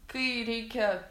kai reikia